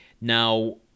Now